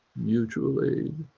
mutual aid,